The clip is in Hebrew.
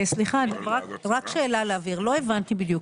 סליחה, רק שאלה להבהרה: לא הבנתי בדיוק.